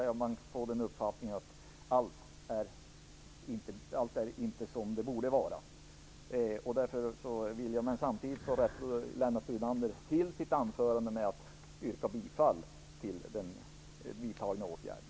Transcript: Ändå får man av Lennart Brunander uppfattningen att allt inte är som det borde vara, samtidigt som Lennart Brunander avslutade sitt anförande med att yrka bifall till utskottets förslag.